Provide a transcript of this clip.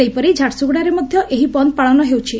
ସେହିପରି ଝାରସୁଗୁଡ଼ାରେ ମଧ ଏହି ବନ୍ଦ୍ ପାଳନ ହୋଇଯାଇଛି